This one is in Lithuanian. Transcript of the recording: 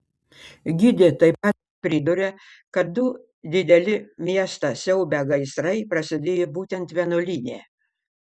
gidė taip pat priduria kad du dideli miestą siaubią gaisrai prasidėjo būtent vienuolyne